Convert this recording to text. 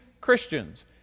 Christians